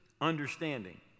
understanding